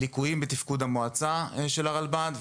נמצאו ליקויים בתפקוד מועצת הרלב"ד,